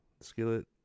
Skillet